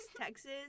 Texas